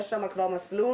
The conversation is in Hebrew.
יש שם כבר מסלול,